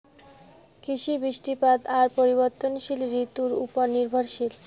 কৃষি, বৃষ্টিপাত আর পরিবর্তনশীল ঋতুর উপর নির্ভরশীল